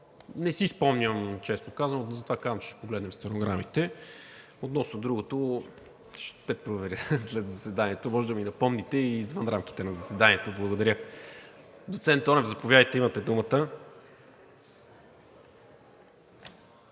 Не си спомням, честно казано – затова казвам, че ще погледнем стенограмите. Относно другото – ще проверя след заседанието. Може да ми напомните и извън рамките на заседанието. Благодаря. Доцент Тонев, заповядайте.